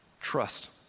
trust